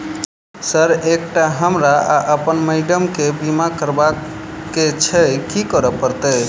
Sir एकटा हमरा आ अप्पन माइडम केँ बीमा करबाक केँ छैय की करऽ परतै?